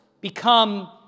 become